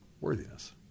worthiness